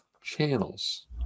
channels